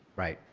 right.